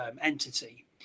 entity